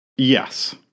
Yes